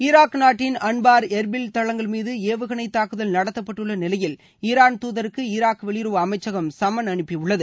Iraq நாட்டின் Anbar Erbil தளங்கள் மீது ஏவுகணை தாக்குதல் நடத்தப்பட்டுள்ள நிலையில் ஈரான் தூதருக்கு ஈராக் வெளியுறவு அமைச்சகம் சம்மன் அனுப்பியுள்ளது